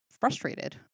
frustrated